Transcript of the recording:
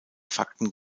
fakten